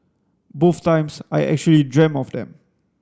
both times I actually dreamed of them